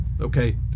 Okay